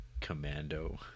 Commando